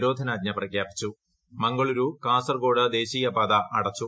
നിരോധനാജ്ഞ മംഗളൂരു കാസർകോട് ദേശീയപാത അടച്ചു